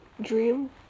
Dream